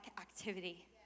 activity